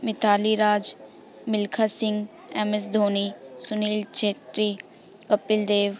Mithali Raj Milkha Singh M S Dhoni Sunil Chhetri Kapil Dev